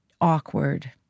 awkward